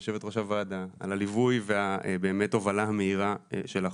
יושבת-ראש הוועדה על הליווי ובאמת ההובלה המהירה של החוק,